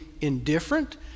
indifferent